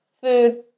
food